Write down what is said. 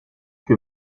que